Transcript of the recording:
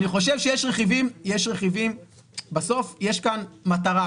אני חושב שיש רכיבים בסוף יש כאן מטרה,